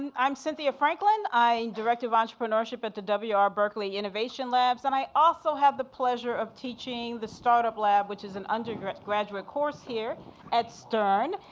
and i'm cynthia franklin. i'm director of entrepreneurship at the w r. berkley innovation labs, and i also have the pleasure of teaching the startup lab, which is an undergraduate course here at stern.